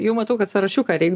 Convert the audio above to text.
jau matau kad sąrašiuką reik